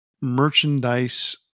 merchandise